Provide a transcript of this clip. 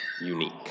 unique